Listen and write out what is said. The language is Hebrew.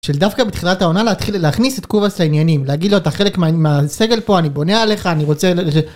של דווקא בתחילת העונה להתחיל להכניס את קובס לעניינים. להגיד לו אתה חלק מהסגל פה, אני בונה עליך אני רוצה.